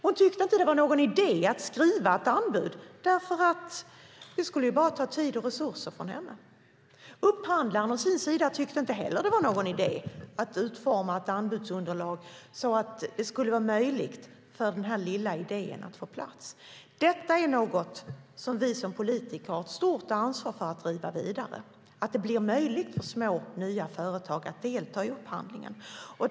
Hon tyckte inte att det var någon idé att skriva ett anbud; det skulle bara ta tid och resurser från henne. Upphandlaren å sin sida tyckte inte att det var någon idé att utforma ett anbudsunderlag som skulle göra det möjligt för denna lilla idé att få plats. Detta är något som vi som politiker har ett stort ansvar för att driva vidare, så att det blir möjligt för små nya företag att delta i upphandlingen.